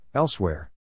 Elsewhere